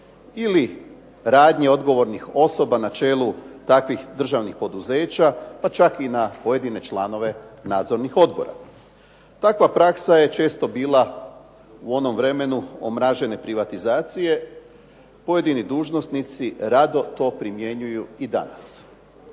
ili radnje odgovornih osoba na čelu takvih državnih poduzeća, pa čak i na pojedine članove nadzornih odbora. Takva praksa je često bila u onom vremenu omražene privatizacije, pojedini dužnosnici rado to primjenjuju i danas.